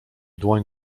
dłoń